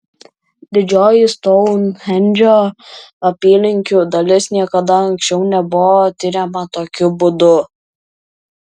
didžioji stounhendžo apylinkių dalis niekada anksčiau nebuvo tiriama tokiu būdu